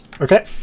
Okay